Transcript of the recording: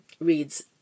reads